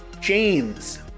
James